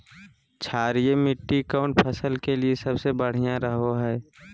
क्षारीय मिट्टी कौन फसल के लिए सबसे बढ़िया रहो हय?